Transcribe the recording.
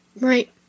Right